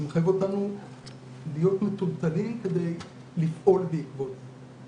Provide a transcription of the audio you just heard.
זה מחייב אותנו להיות מטולטלים כדי לפעול בעקבות זה,